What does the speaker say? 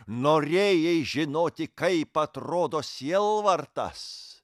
norėjai žinoti kaip atrodo sielvartas